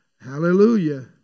Hallelujah